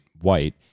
white